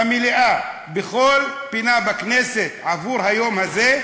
במליאה, בכל פינה בכנסת עבור היום הזה,